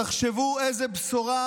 תחשבו איזו בשורה תהיה